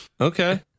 Okay